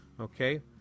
okay